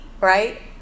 right